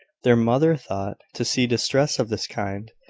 their mother thought, to see distress of this kind.